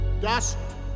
dust